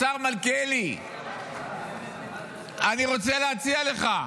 השר מלכיאלי, אני רוצה להציע לך,